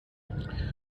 und